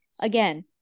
again